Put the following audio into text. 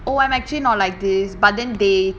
oh I'm actually not like this but then they